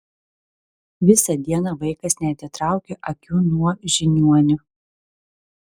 visą dieną vaikas neatitraukė akių nuo žiniuonio